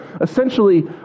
essentially